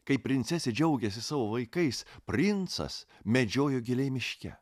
kaip princesė džiaugėsi savo vaikais princas medžiojo giliai miške